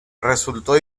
resultó